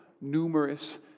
numerous